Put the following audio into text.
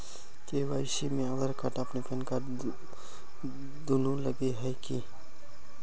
KYC में Aadhaar card आर PAN card दुनू लगे है की?